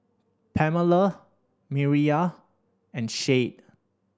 Pamela Mireya and Shade